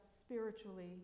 spiritually